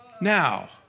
Now